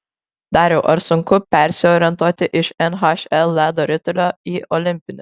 dariau ar sunku persiorientuoti iš nhl ledo ritulio į olimpinį